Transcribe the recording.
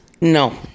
No